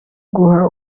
guha